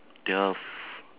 twelve